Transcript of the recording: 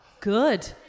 Good